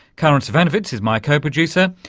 karin zsivanovits is my co-producer,